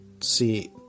see